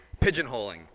Pigeonholing